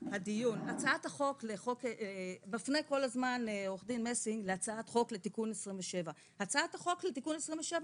מפנה כל הזמן עו"ד מסינג להצעת חוק לתיקון 27. הצעת החוק לתיקון 27,